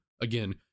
Again